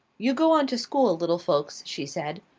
you go on to school, little folks, she said.